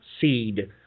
seed